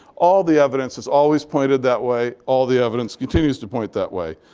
all the evidence has always pointed that way. all the evidence continues to point that way.